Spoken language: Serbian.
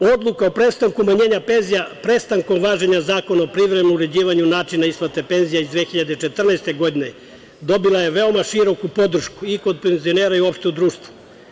Odluka o prestanku umanjenja penzija prestankom važenja Zakona o privremenom uređivanju načina isplate penzija iz 2014. godine dobila je veoma široku podršku i kod penzionera i uopšte u društvu.